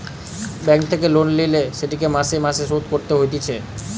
bank থেকে loan লিলে সেটিকে মাসে মাসে শোধ করতে হতিছে